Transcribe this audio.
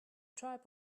tribe